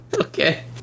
okay